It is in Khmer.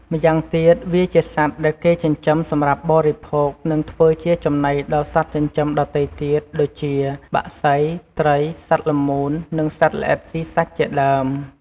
ម្យ៉ាងទៀត វាជាសត្វដែលគេចិញ្ចឹមសម្រាប់បរិភោគ និងធ្វើជាចំណីដល់សត្វចិញ្ចឹមដទៃទៀត ដូចជា បក្សី ត្រី សត្វល្មូន និងសត្វល្អិតស៊ីសាច់ជាដើម។